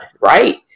right